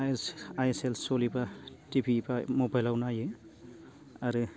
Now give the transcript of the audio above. आइ S L सोलिबा T V एबा मबाइलाव नायो आरो